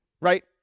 Right